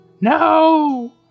No